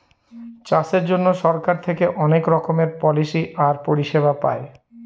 চাষের জন্য সরকার থেকে অনেক রকমের পলিসি আর পরিষেবা পায়